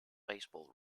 baseball